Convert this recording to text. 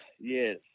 Yes